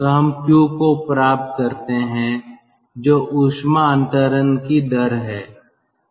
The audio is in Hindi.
तो हम Q को प्राप्त करते हैं जो ऊष्मा अंतरण की दर है